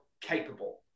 capable